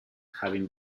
having